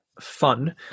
fun